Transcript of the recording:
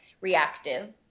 reactive